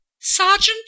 sergeant